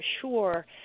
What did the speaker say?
sure